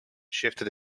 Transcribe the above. shifted